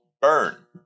burn